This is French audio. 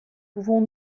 pouvons